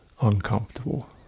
uncomfortable